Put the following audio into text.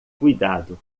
cuidado